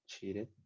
cheated